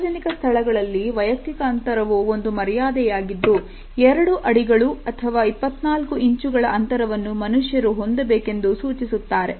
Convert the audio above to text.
ಸಾರ್ವಜನಿಕ ಸ್ಥಳಗಳಲ್ಲಿ ವೈಯಕ್ತಿಕ ಅಂತರವು ಒಂದು ಮರ್ಯಾದೆ ಯಾಗಿದ್ದು 2 ಅಡಿಗಳು ಅಥವಾ 24 ಇಂಚುಗಳ ಅಂತರವನ್ನು ಮನುಷ್ಯರು ಹೊಂದಬೇಕೆಂದು ಸೂಚಿಸುತ್ತಾರೆ